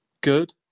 good